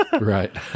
Right